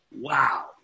wow